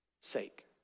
sake